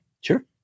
Sure